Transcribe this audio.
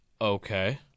Okay